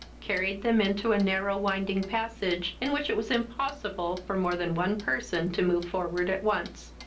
carried them into a narrow winding passage, in which it was impossible for more than one person to move forward at once.